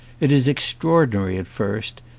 it is extraordinary at first,